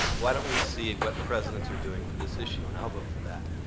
why don't we see what presidents are doing for this issue. and i'll vote for that.